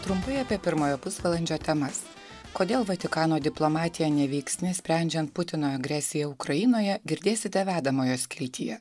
trumpai apie pirmojo pusvalandžio temas kodėl vatikano diplomatija neveiksni sprendžiant putino agresiją ukrainoje girdėsite vedamojo skiltyje